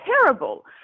terrible